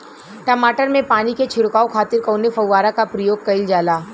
टमाटर में पानी के छिड़काव खातिर कवने फव्वारा का प्रयोग कईल जाला?